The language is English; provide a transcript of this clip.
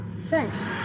Thanks